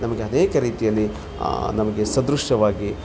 ನಮಗೆ ಅನೇಕ ರೀತಿಯಲ್ಲಿ ನಮಗೆ ಸದೃಶ್ಯವಾಗಿ